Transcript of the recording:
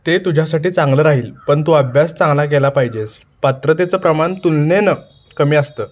ते तुझ्यासाठी चांगलं राहील पण तू अभ्यास चांगला केला पाहिजेस पात्रतेचं प्रमाण तुलनेनं कमी असतं